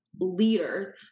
leaders